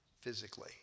physically